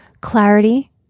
clarity